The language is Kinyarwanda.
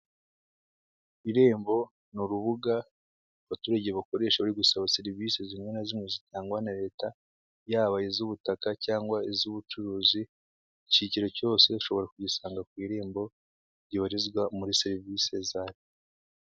Irembo ni urubuga abaturage bakoresha bari gusaba serivisi zimwe na zimwe zitangwa na leta yaba izubutaka cyangwa iz'ubucuruzi cyiciro cyose ushobora kugisanga ku irembo ryobarizwa muri serivisi zayo.